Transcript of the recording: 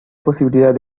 posibilidad